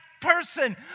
person